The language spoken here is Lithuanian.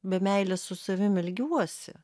be meilės su savim ilgiuosi